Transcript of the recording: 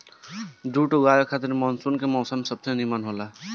जुट उगावे खातिर मानसून के मौसम सबसे निमन हवे